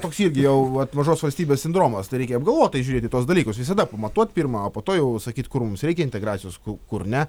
toks irgi jau vat mažos valstybės sindromas tai reikia apgalvotai žiūrėti į tuos dalykus visada pamatuot pirma o po to jau sakyt kur mums reikia integracijos kur kur ne